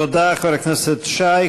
תודה, חבר הכנסת שי.